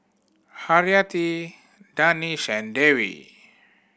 Haryati Danish and Dewi